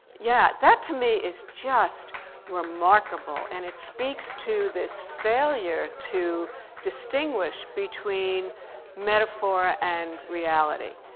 yeah, that to me is just remarkable, and it speaks to this failure to distinguish between metaphor and reality.